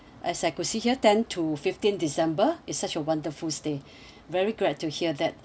as I could see here ten to fifteen december is such a wonderful stay very great to hear that